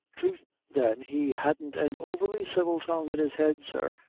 troth, then, he hadn't an overly civil tongue in his head, sir,